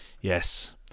Yes